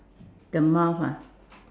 the mouth ah